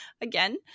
again